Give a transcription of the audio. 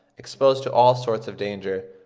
exposed to all sorts of danger,